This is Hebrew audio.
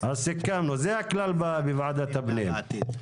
אז סיכמנו, זה הכלל בוועדת הפנים.